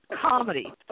comedy